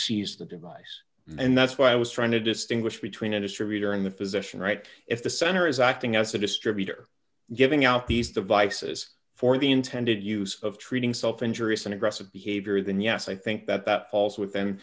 seize the device and that's why i was trying to distinguish between a distributor in the physician right if the center is acting as a distributor giving out these devices for the intended use of treating self injury as an aggressive behavior then yes i think that that falls within